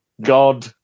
God